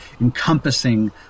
encompassing